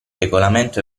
regolamento